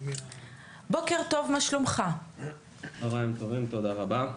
צהריים טובים, תודה רבה.